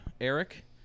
Eric